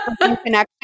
connection